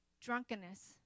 drunkenness